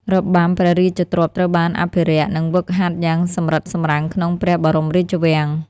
របាំព្រះរាជទ្រព្យត្រូវបានអភិរក្ស និងហ្វឹកហាត់យ៉ាងសម្រិតសម្រាំងក្នុងព្រះបរមរាជវាំង។